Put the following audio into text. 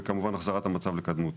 וכמובן בהחזרת המצב לקדמותו.